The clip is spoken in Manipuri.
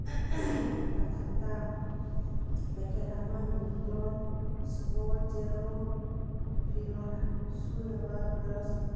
ꯃꯊꯛꯇ ꯄꯦꯀꯦꯠ ꯑꯃ ꯃꯤꯜꯇꯣꯟ ꯏꯁꯄꯣꯠꯖꯦꯔꯣ ꯐꯤꯔꯣꯜ ꯁꯨꯅꯕ ꯕ꯭ꯔꯁ